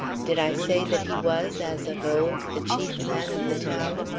did i say that he was, as of old, the chief man of the town?